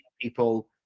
people